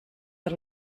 per